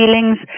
feelings